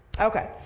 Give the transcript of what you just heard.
Okay